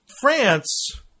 France